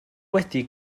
wedi